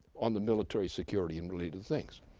on the military, security, and related things.